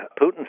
Putin